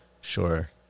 Sure